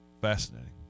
fascinating